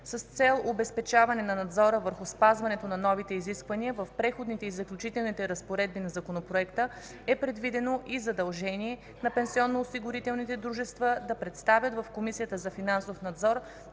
С цел обезпечаване на надзора върху спазването на новите изисквания в Преходните и заключителните разпоредби на Законопроекта е предвидено и задължение на пенсионноосигурителните дружества да представят в Комисията за финансов надзор